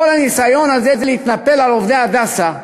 כל הניסיון הזה להתנפל על עובדי "הדסה"